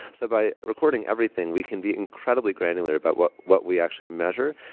so by recording everything, we can be incredibly granular about what what we actually measure.